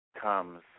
comes